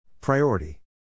Priority